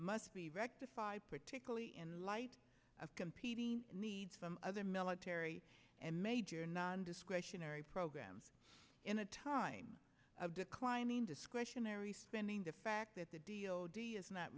must be rectified particularly in light of competing needs from other military and major nondiscretionary programs in a time time of declining discretionary spending the fact that the d o d is not